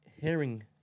hearing